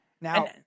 Now